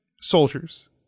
soldiers